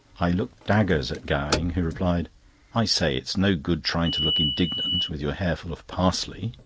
i looked daggers at gowing, who replied i say, it's no good trying to look indignant, with your hair full of parsley.